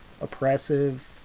oppressive